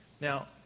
Now